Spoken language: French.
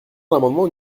l’amendement